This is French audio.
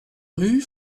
rue